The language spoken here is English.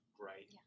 great